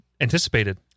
anticipated